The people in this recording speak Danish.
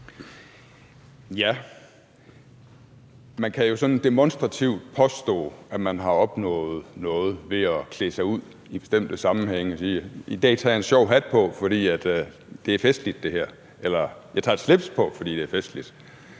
Man kan jo sådan demonstrativt påstå, at man har opnået noget ved at klæde sig ud i bestemte sammenhænge og sige: I dag tager jeg en sjov hat på, fordi det er festligt det her; eller: Jeg tager et slips på, fordi det er festligt.